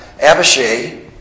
Abishai